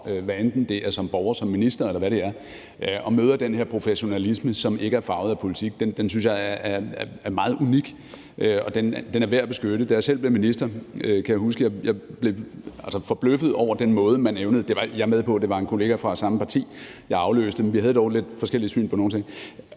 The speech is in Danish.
hvad enten det er som borger, som minister, eller hvad det er, går ind i et ministerium og møder den her professionalisme, som ikke er farvet af politik, synes jeg er meget unik, og den er værd at beskytte. Da jeg selv blev minister, kan jeg huske, at jeg blev forbløffet over den måde, man evnede at gøre det på – jeg er med på, at det var en kollega fra det samme parti, jeg afløste, men vi havde dog lidt forskellige syn på nogle ting.